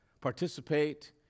participate